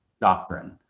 doctrine